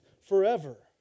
forever